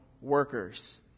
workers